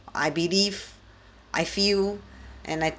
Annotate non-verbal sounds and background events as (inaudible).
I believe I feel (breath) and I